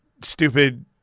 stupid